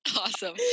Awesome